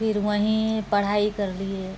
फिर वहीँ पढ़ाइ करलियै